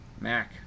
Mac